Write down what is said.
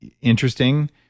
interesting